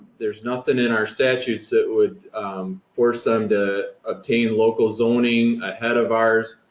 there's nothing in our statutes that would force them to obtain local zoning ahead of ours,